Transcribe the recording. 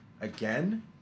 again